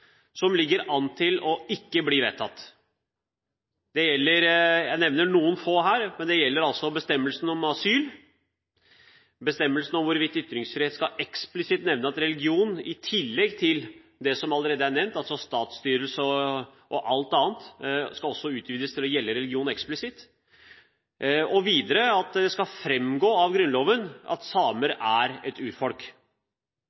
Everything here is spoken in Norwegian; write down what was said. som ligger an til å ikke bli vedtatt. Jeg nevner noen få her. Det gjelder bestemmelsen om asyl, bestemmelsen om hvorvidt ytringsfriheten – i tillegg til det som allerede er nevnt, altså statsstyrelse og alt annet – også skal utvides til eksplisitt å gjelde religion, og videre at det skal framgå av Grunnloven at samer